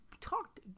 talked